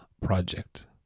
project